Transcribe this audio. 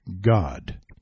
God